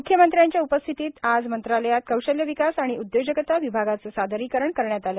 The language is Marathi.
मुख्यमंत्र्यांच्या उपस्थितीत आज मंत्रालयात कौशल्य विकास आणि उद्योजकता विभागाचे सादरीकरण करण्यात आले